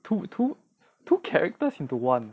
two two two characters into one